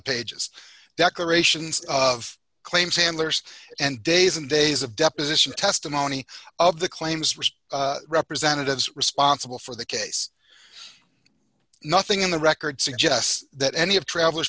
pages declarations of claims handlers and days and days of deposition testimony of the claims wrist representatives responsible for the case nothing in the record suggests that any of travelers